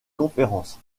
conférences